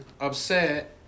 upset